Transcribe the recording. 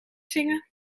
zingen